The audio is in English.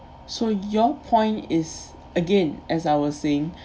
so your point is again as I was saying